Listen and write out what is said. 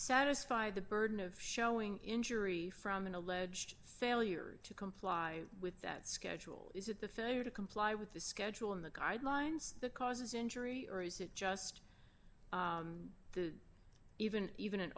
satisfy the burden of showing injury from an alleged failure to comply with that schedule is it the failure to comply with the schedule in the guidelines that causes injury early is it just the even even an